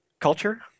culture